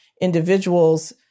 individuals